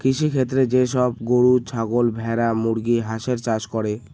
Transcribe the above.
কৃষিক্ষেত্রে যে সব গরু, ছাগল, ভেড়া, মুরগি, হাঁসের চাষ করে